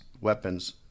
weapons